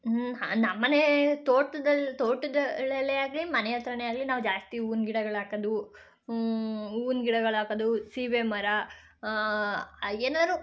ಹಾಂ ನಮ್ಮನೆ ತೋಟದಲ್ಲಿ ತೋಟದ ಳಲ್ಲೇ ಆಗಲಿ ಮನೆ ಹತ್ತಿರನೇ ಆಗಲಿ ನಾವು ಜಾಸ್ತಿ ಹೂವಿನ ಗಿಡಗಳು ಹಾಕೋದು ಹೂವಿನ ಗಿಡಗಳು ಹಾಕೋದು ಸೀಬೆ ಮರ ಏನಾದ್ರು